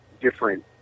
different